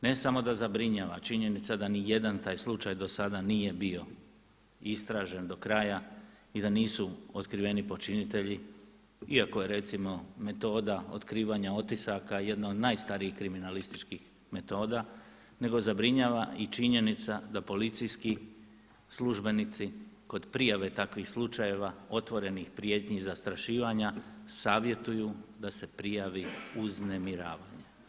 Ne samo da zabrinjava činjenica da nijedan taj slučaj dosada nije bio istražen do kraja i da nisu otkriveni počinitelji iako je recimo metoda otkrivanja otisaka jedna od najstarijih kriminalističkih metoda nego zabrinjava i činjenica da policijski službenici kod prijave takvih slučajeva otvorenih prijetnji i zastrašivanja savjetuju da se prijavi uznemiravanje.